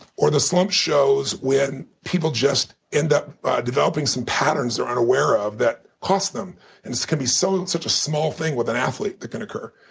or the slump shows when people just end up developing some patterns they're unaware of that cost them. and it can be so and such a small thing with an athlete than can occur.